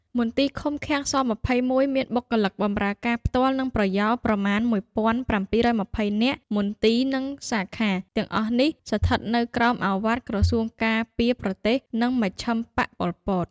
មន្ទីរឃុំឃាំង ស-២១ មានបុគ្គលិកបម្រើការផ្ទាល់ និងប្រយោលប្រមាណ១៧២០នាក់ មន្ទីរ និងសាខាទាំងអស់នេះ ស្ថិតនៅក្រោមឪវាទក្រសួងការពារប្រទេស និងមជ្ឈឹមបក្ស ប៉ុលពត។